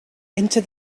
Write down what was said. into